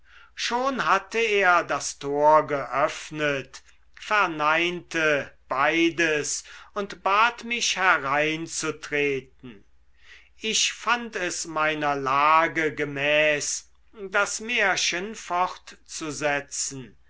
schon hatte er das tor geöffnet verneinte beides und bat mich hereinzutreten ich fand es meiner lage gemäß das märchen